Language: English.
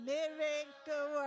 Miracle